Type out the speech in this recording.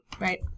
Right